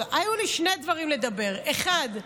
היו לי שני דברים לדבר עליהם: אחד,